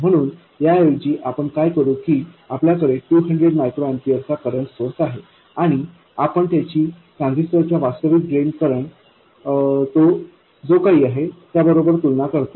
म्हणून याऐवजी आपण काय करू की आपल्याकडे 200 μA चा करंट सोर्स आहे आणि आपण त्याची ट्रान्झिस्टरच्या वास्तविक ड्रेन करंट तो जो काही आहे त्या बरोबर तुलना करतो